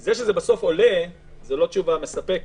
זה שזה בסוף עולה, זו לא תשובה מספקת.